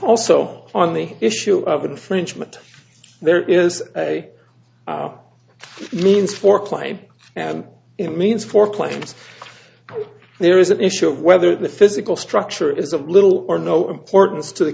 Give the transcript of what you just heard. also on the issue of infringement there is a means for play and it means for claims there is an issue of whether the physical structure is of little or no importance to the